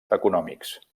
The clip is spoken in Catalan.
econòmics